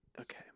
okay